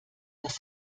dass